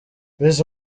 miss